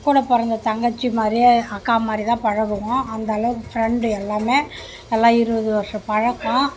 கூட பிறந்த தங்கச்சி மாதிரி அக்கா மாதிரி தான் பழகுவோம் அந்தளவுக்கு ஃப்ரெண்டு எல்லாமே நல்லா இருபது வருஷ பழக்கம்